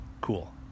cool